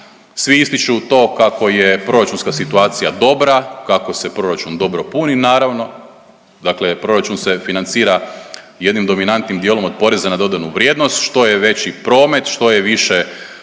svi ističu to kako je proračunska situacija dobra, kako se proračun dobro puni naravno. Dakle, proračun se financira jednim dominantnim dijelom od poreza na dodanu vrijednost, što je već promet, što je više